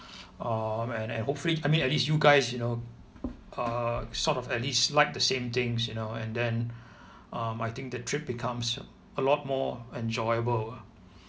um and and hopefully I mean at least you guys you know uh sort of at least like the same things you know and then um I think the trip becomes a lot more enjoyable